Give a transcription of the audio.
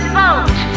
vote